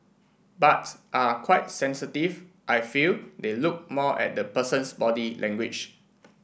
but are quite sensitive I feel they look more at the person's body language